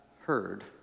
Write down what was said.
heard